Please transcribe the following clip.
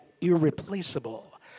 irreplaceable